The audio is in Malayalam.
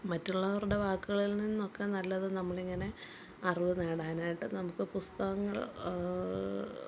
മറ്റുള്ളവരുടെ വാക്കുകളിൽ നിന്നൊക്കെ നല്ലത് നമ്മളിങ്ങനെ അറിവ് നേടാനായിട്ട് നമുക്ക് പുസ്തകങ്ങൾ